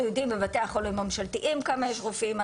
אנחנו יודעים בבתי החולים הממשלתיים כמה יש רופאים.